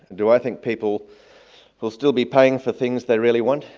do i think people will still be paying for things they really want?